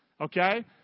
Okay